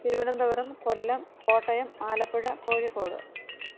Thiruvananthapuram Kollam Kottayam Alappuzha Kozhikode